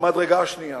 במדרגה השנייה.